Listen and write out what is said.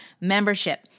membership